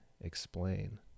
explain